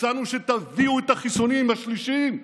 הצענו שתביאו את החיסונים השלישיים,